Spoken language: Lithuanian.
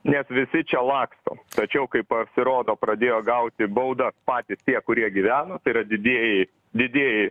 nes visi čia laksto tačiau kai pasirodo pradėjo gauti baudas patys tie kurie gyveno tai yra didieji didieji